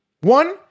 One